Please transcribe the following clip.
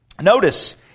Notice